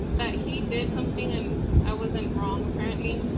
that he did something and i wasn't wrong apparently.